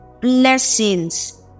blessings